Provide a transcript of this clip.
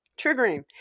triggering